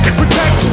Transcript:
protect